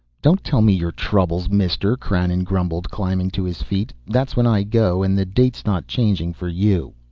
don't tell me your troubles, mister, krannon grumbled, climbing to his feet. that's when i go and the date's not changing for you.